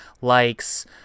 likes